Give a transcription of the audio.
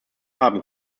haben